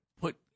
put